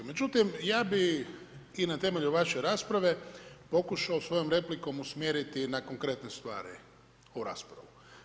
Međutim, ja bih i na temelju vaše rasprave pokušao svojom replikom usmjeriti na konkretne stvari u raspravu.